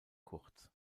kurz